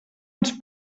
ens